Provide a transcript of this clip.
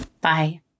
Bye